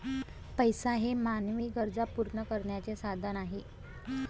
पैसा हे मानवी गरजा पूर्ण करण्याचे साधन आहे